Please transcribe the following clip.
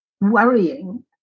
worrying